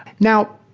now,